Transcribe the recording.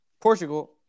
Portugal